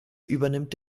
übernimmt